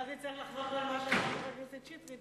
אבל אז נצטרך לחזור על מה שאמר חבר הכנסת שטרית,